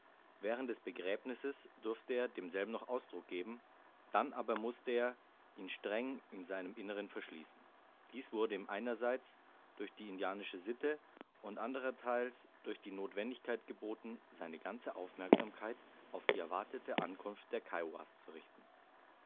während des begräbnisses durfte er demselben noch ausdruck geben dann aber mußte er ihn streng in seinem innern verschließen dies wurde ihm einesteils durch die indianische sitte und andernteils durch die notwendigkeit geboten seine ganze aufmerksamkeit auf die erwartete ankunft der kiowas zu richten